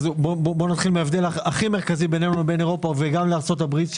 בוא נתחיל מההבדל הכי מרכזי בינינו לבין אירופה וארצות הברית.